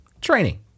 Training